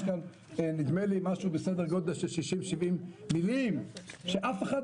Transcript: יש כאן משהו בסדר גודל של 70-60 מילים שאף אחת